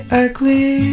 ugly